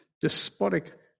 despotic